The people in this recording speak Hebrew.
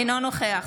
אינו נוכח